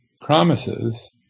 promises